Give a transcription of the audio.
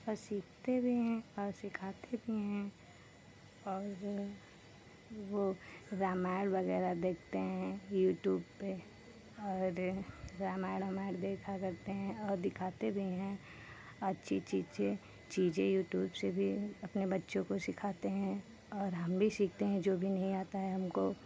और सीखते भी हैं और सिखाते भी हैं और वो रामायण वगैरह देखते हैं यूट्यूब पे और रामायण वामायण देखा करते हैं और दिखाते भी हैं अच्छी चीज़ें चीज़ें यूट्यूब से अपने बच्चों को सिखाते हैं और हम भी सीखते हैं जो भी नहीं आता है हमको